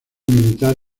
militar